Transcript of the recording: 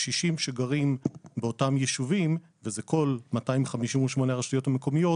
לקשישים שגרים באותם ישובים וזה נכון לגבי כל 258 הרשויות המקומיות,